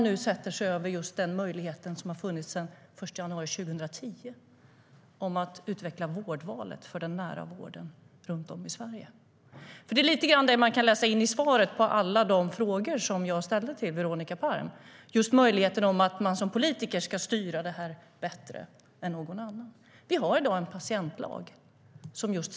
Nu sätter man sig ju över den möjlighet som har funnits sedan den 1 januari 2010 om vårdval för den nära vården runt om i Sverige. Det är lite grann detta man kan läsa in i svaret på alla de frågor jag ställde till Veronica Palm. Det handlar om att man som politiker skulle kunna styra detta bättre än någon annan. Vi har i dag en patientlag.